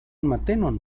matenon